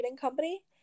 company